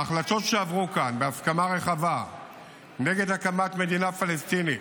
ההחלטות שעברו כאן בהסכמה רחבה נגד הקמת מדינה פלסטינית